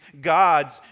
God's